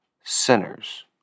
sinners